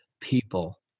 people